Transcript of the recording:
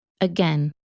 Again